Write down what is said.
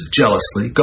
jealously